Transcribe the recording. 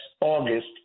August